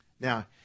Now